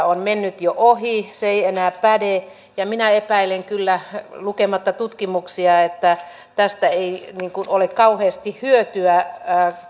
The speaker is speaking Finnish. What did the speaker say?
on mennyt jo ohi se ei enää päde ja minä epäilen kyllä lukematta tutkimuksia että tästä ei ole kauheasti hyötyä